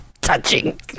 touching